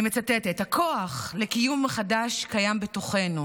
אני מצטטת: "הכוח לקום מחדש קיים בתוכנו.